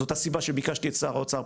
זאת הסיבה שביקשתי את שר האוצר,